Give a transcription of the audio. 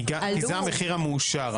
כי זה המחיר המאושר.